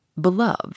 beloved